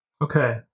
Okay